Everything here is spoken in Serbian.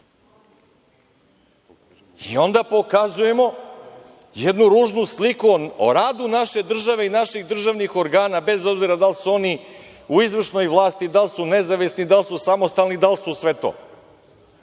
Onda pokazujemo jednu ružnu sliku o radu naše države i naših državnih organa, bez obzira da li su oni u izvršnoj vlasti, da li su nezavisni, da li su samostalni, da li su sve to.